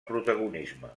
protagonisme